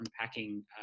unpacking